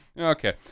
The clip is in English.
Okay